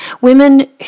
Women